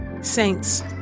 Saints